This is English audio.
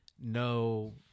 no